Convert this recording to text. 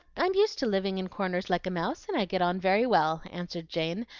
i'm used to living in corners like a mouse, and i get on very well, answered jane,